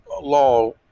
law